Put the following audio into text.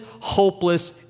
hopeless